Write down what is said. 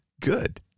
good